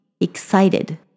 excited